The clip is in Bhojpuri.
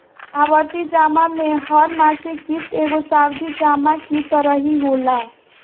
आवर्ती जमा में हर मासिक किश्त एगो सावधि जमा की तरही होला